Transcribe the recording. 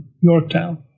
Yorktown